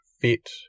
fit